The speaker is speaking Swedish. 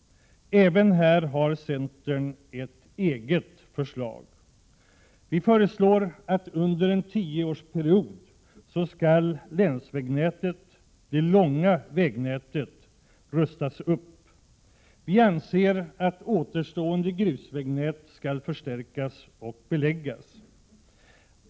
Även här har centern ett eget förslag. Vi föreslår att länsvägnätet — det långa vägnätet — under en tioårsperiod skall rustas upp. Vi anser att återstående grusvägnät skall förstärkas och beläggas.